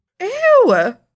Ew